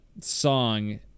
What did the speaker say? song